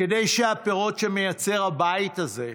כדי שהפירות שמייצר הבית הזה,